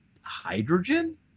hydrogen